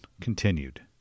continued